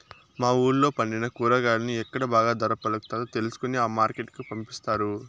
మా వూళ్ళో పండిన కూరగాయలను ఎక్కడ బాగా ధర పలుకుతాదో తెలుసుకొని ఆ మార్కెట్ కు పంపిస్తారు